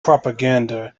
propaganda